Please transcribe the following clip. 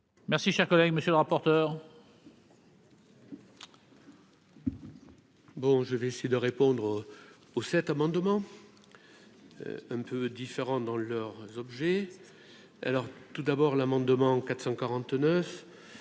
merci, chers collègues, monsieur le rapporteur. Bon, je vais essayer de répondre aux cet amendement un peu différente dans leurs objets, alors tout d'abord, l'amendement 449